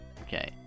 Okay